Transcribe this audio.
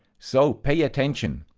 so pay attention!